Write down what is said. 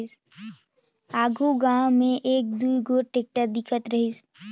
आघु गाँव मे एक दुई गोट टेक्टर दिखत रहिस